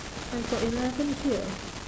I got eleven here